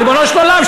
ריבונו של עולם?